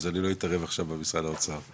אז אני לא אתערב עכשיו במשרד האוצר.